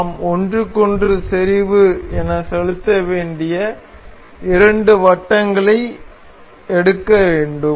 நாம் ஒன்றுக்கொன்று செறிவு என செலுத்த வேண்டிய இரண்டு வட்டங்களை எடுக்க வேண்டும்